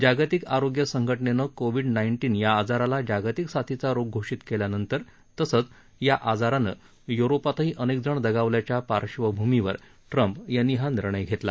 जागतिक आरोग्य संघटनेनं कोविड नाइन्टीन या आजाराला जागतिक साथीचा रोग घोषित केल्यानंतर तसंच या आजारानं युरोपातही अनेकजण दगावल्याच्या पार्श्वभूमीवर ट्रम्प यांनी हा निर्णय घेतला